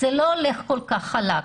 זה לא הולך כל כך חלק.